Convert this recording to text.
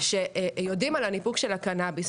שבה יודעים על הניפוק של הקנביס,